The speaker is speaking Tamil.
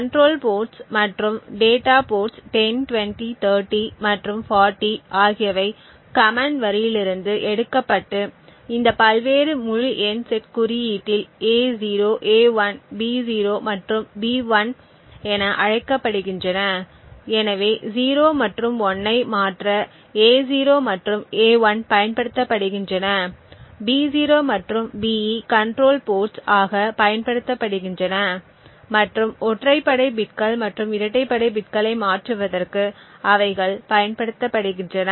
கண்ட்ரோல் போர்ட்ஸ் மற்றும் டேட்டா போர்ட்ஸ் 10 20 30 மற்றும் 40 ஆகியவை கமெண்ட் வரியிலிருந்து எடுக்கப்பட்டு இந்த பல்வேறு முழு எண் செட் குறியீட்டில் A0 A1 B0 மற்றும் B1 என அமைக்கப்படுகின்றன எனவே 0 மற்றும் 1 ஐ மாற்ற A0 மற்றும் A1 பயன்படுத்தப்படுகின்றன B0 மற்றும் BE கண்ட்ரோல் போர்ட்ஸ் ஆக பயன்படுத்தப்படுகின்றன மற்றும் ஒற்றைப்படை பிட்கள் மற்றும் இரட்டைப்படை பிட்களை மாற்றுவதற்கு அவைகள் பயன்படுத்தப்படுகின்றன